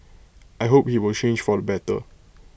I hope he will change for the better